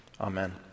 Amen